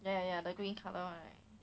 ya ya ya the green colour one right